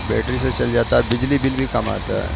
battery سے چل جاتا ہے بجلی بل بھی کم آتا ہے